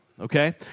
okay